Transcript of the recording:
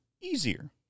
easier